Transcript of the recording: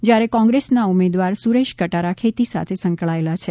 જ્યારે કોંગ્રેસનાં ઉમેદવાર સુરેશ કટારા ખેતી સાથે સંકળાયેલા છે